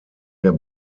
der